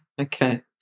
okay